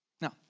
Now